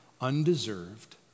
undeserved